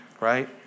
right